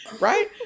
Right